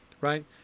right